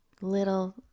little